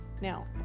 Now